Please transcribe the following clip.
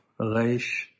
Reish